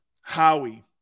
Howie